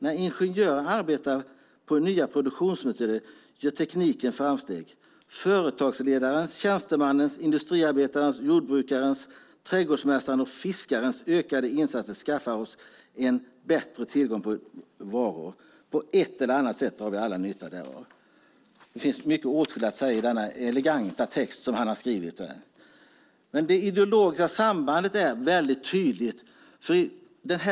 När ingenjörer arbetar på nya produktionsmetoder gör tekniken framsteg. Företagsledarens, tjänstemannens, industriarbetarens, jordbrukarens, trädgårdsmästarens och fiskarens ökade insatser skaffar oss en bättre tillgång på varor. På ett eller annat sätt drar vi alla nytta därav." Det finns mycket åtskilligt att säga i den eleganta text som Bertil Olin har skrivit. Det ideologiska sambandet är tydligt.